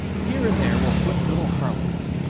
here and there will flit little harlots.